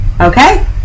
okay